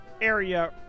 area